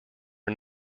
are